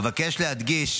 אבקש להדגיש